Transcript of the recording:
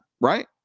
Right